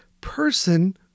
person